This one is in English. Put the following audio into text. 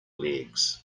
legs